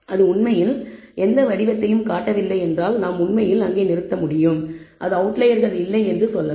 அது உண்மையில் எந்த பேட்டர்னும் காட்டவில்லை என்றால் நாம் உண்மையில் அங்கேயே நிறுத்த முடியும் அது அவுட்லயர்கள் இல்லை என்று சொல்லலாம்